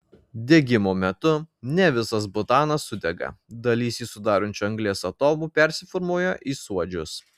degimo metu ne visas butanas sudega dalis jį sudarančių anglies atomų persiformuoja į suodžius